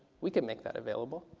we can make that available.